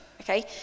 okay